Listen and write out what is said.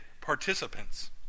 participants